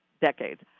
decades